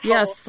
Yes